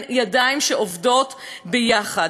אין ידיים שעובדות יחד.